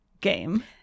game